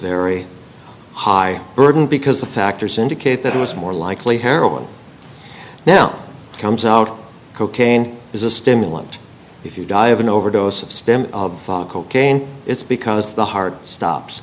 very high burden because the factors indicate that it was more likely heroin now comes out cocaine is a stimulant if you die of an overdose of stem of cocaine it's because the heart stops